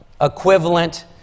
equivalent